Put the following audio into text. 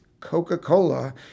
coca-cola